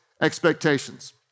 expectations